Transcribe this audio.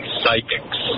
psychics